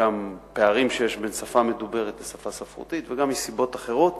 הפערים בין השפה המדוברת לשפה הספרותית וגם מסיבות אחרות.